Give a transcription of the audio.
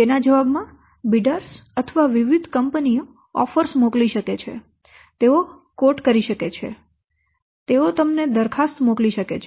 તેના જવાબમાં બિડર્સ અથવા વિવિધ કંપનીઓ ઓફર્સ મોકલી શકે છે તેઓ કવોટ શકે છે તેઓ તમને દરખાસ્તો મોકલી શકે છે